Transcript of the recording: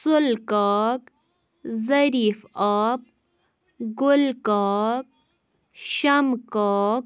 سُل کاک ظریف آپ گُل کاک شَمہ کاک